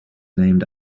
named